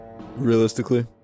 realistically